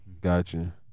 Gotcha